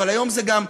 אבל היום זה גם,